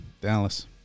Dallas